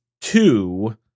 two